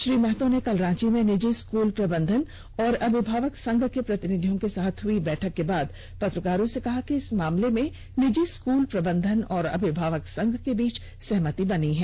श्री महतो ने कल रांची में निजी स्कूल प्रबंधन और अभिभावक संघ के प्रतिनिधियों के साथ हुई बैठक के बाद पत्रकारों से कहा कि इस मामले में निजी स्कूल प्रबंधन और अभिभावक संघ के बीच सहमति बन गयी है